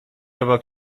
obok